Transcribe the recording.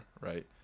right